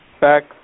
back